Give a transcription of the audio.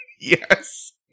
Yes